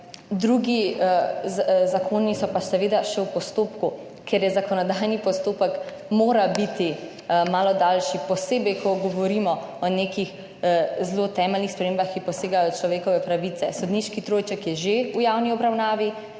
Drugi zakoni so pa seveda še v postopku, kjer je zakonodajni postopek, mora biti malo daljši, posebej ko govorimo o nekih zelo temeljnih spremembah, ki posegajo v človekove pravice. Sodniški trojček je že v javni obravnavi.